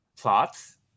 plots